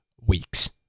weeks